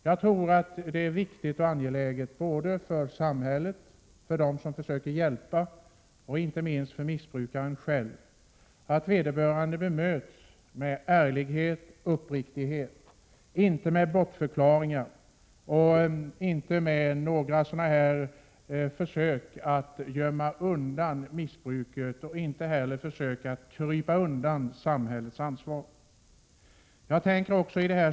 Jag tror att det är viktigt och angeläget både för samhället, dvs. för dem som försöker hjälpa, och inte minst för missbrukaren själv att missbrukaren bemöts med ärlighet och uppriktighet och inte med bortförklaringar. Det gäller att inte försöka gömma undan missbruket eller att krypa undan samhällets ansvar.